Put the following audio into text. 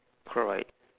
correct